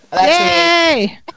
Yay